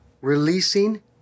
releasing